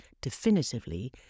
definitively